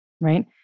right